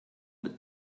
but